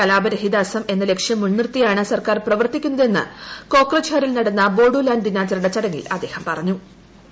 കലാപ രഹിത അസം എന്ന് ലക്ഷ്യം മുൻനിർത്തിയാണ് സർക്കാർ പ്രവർത്തിക്കുന്നതെന്ന് ക്ലൊക്രുജ്ഹറിൽ നടന്ന ബോഡോലാന്റ് ദിനാചരണ ചടങ്ങിൽ അദ്ദേഹം പ്ലറി്ഞു